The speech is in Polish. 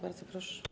Bardzo proszę.